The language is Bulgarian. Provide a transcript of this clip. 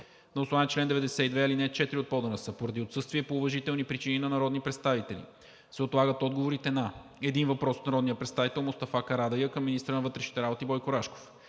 На основание чл. 92, ал. 4 от ПОДНС поради отсъствие по уважителни причини на народни представители се отлагат отговорите на: - един въпрос от народния представител Мустафа Карадайъ към министъра на вътрешните работи Бойко Рашков;